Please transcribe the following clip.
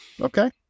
okay